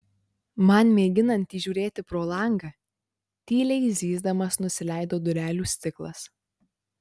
man mėginant įžiūrėti pro langą tyliai zyzdamas nusileido durelių stiklas